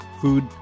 food